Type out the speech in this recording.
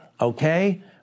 okay